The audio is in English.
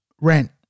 Rent